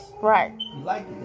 Right